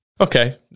Okay